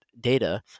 data